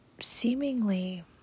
seemingly